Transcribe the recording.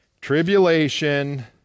Tribulation